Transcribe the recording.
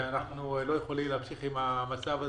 אנחנו לא יכולים להמשיך עם המצב הזה,